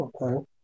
Okay